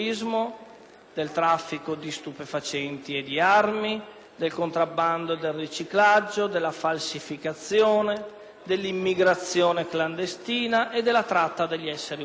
del traffico di stupefacenti e di armi, del contrabbando, del riciclaggio, della falsificazione, dell'immigrazione clandestina e della tratta degli essere umani.